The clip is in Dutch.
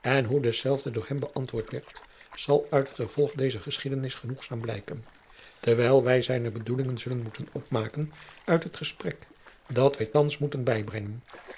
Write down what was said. en hoe dezelve door hem bëantwoord werd zal uit het vervolg dezer geschiedenis genoegzaam blijken terwijl wij zijne bedoelingen zullen moeten opmaken uit het gesprek dat wij thands moeten bijbrengen